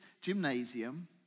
gymnasium